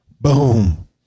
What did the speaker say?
Boom